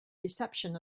reception